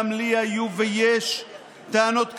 גם לי היו ויש טענות כאלה,